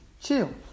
chill